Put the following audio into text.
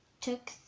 took